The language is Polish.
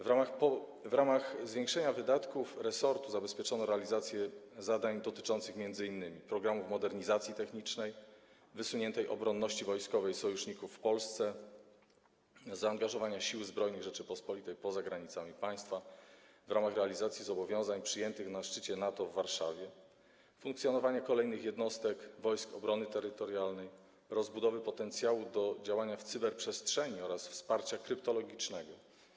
W ramach zwiększenia wydatków resortu zabezpieczono realizację zadań dotyczących m.in.: programów modernizacji technicznej, wysuniętej obecności wojskowej sojuszników w Polsce, zaangażowania Sił Zbrojnych Rzeczypospolitej poza granicami państwa w ramach realizacji zobowiązań przyjętych na szczycie NATO w Warszawie, formowania kolejnych jednostek Wojsk Obrony Terytorialnej, rozbudowy potencjału do działania w cyberprzestrzeni oraz wsparcia kryptologicznego.